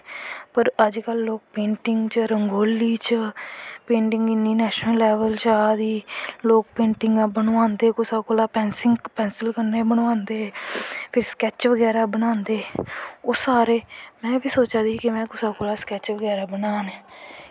और अज्ज कल लोग पेंटिंग च रंगोली च पेंटिंग इन्नी नैशनल लैबल च जा दी लोग पेंटिंगां बनवांदे कुसै कोला दा पैंसिल कन्नैं बनवांदे फइर स्कैच्च बगैरा ओह् सारे में सोचा दी ही कि में स्कैच कुसै कोला दा बनवानें